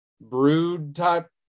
brood-type